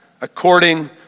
according